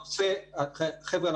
חבר'ה,